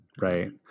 right